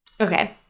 Okay